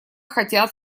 хотят